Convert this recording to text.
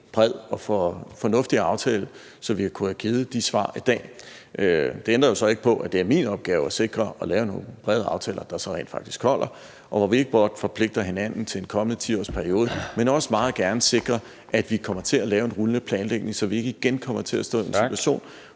bred og fornuftig aftale, så vi kunne have givet de svar i dag? Det ændrer jo så ikke på, at det er min opgave at sikre at lave nogle brede aftaler, der så rent faktisk holder, og hvor vi ikke blot forpligter hinanden til en kommende 10-årsperiode, men også meget gerne sikrer, at vi kommer til at lave en rullende planlægning, så vi ikke igen kommer til at stå i en situation,